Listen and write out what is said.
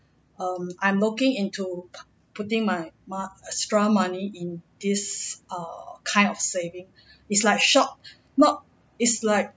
um I'm looking into p~ putting my mo~ extra money in this err kind of saving is like short not is like